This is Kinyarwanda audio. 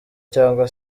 cyangwa